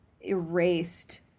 erased